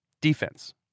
defense